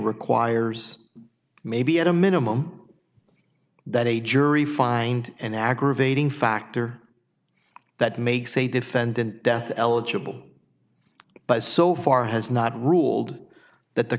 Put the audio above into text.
requires maybe at a minimum that a jury find an aggravating factor that makes a defendant death eligible but so far has not ruled that the